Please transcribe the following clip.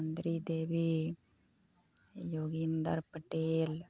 Sundari Devi Yogendra Patel